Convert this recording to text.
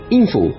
info